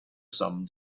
some